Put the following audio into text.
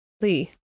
Lee